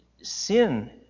sin